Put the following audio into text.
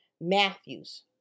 Matthews